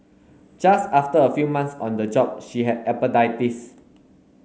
just after a few months on the job she had appendicitis